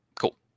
cool